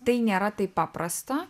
tai nėra taip paprasta